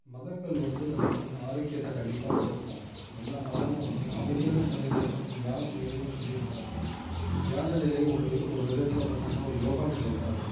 மதங்கள் வந்து நம்மளுக்கு வந்து ஆரோக்கியத்தை கண்டிப்பாக கொடுக்கும் எல்லா மதமும் வந்து அமைதியான முறையில் தான் வந்து தியானம் செய்யவே சொல்லியிருக்குறாங்க தியான நிலை ஒரு ஒரு விதத்தில் பார்த்திங்கனா ஒரு யோகா நிலை தான் அது